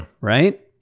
right